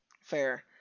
fair